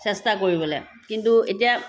চেষ্টা কৰিবলৈ কিন্তু এতিয়া